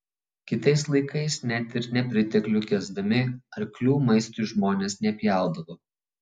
kitais laikais net ir nepriteklių kęsdami arklių maistui žmonės nepjaudavo